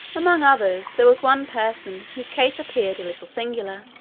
among others, there was one person, whose case appeared a little singular.